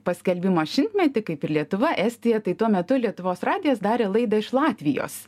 paskelbimo šimtmetį kaip ir lietuva estija tai tuo metu lietuvos radijas darė laidą iš latvijos